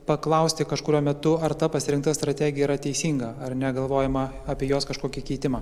paklausti kažkuriuo metu ar ta pasirinkta strategija yra teisinga ar negalvojama apie jos kažkokį keitimą